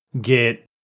get